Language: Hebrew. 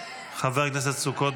חבר הכנסת סוכות,